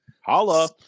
Holla